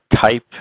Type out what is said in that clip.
type